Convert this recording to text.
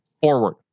forward